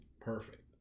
Perfect